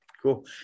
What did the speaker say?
Cool